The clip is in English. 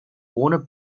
warner